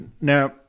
Now